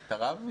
אתה רב?